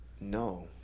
No